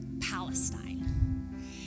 Palestine